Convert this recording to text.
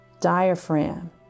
diaphragm